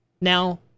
now